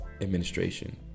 administration